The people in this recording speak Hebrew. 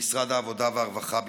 ומשרד העבודה והרווחה בפרט.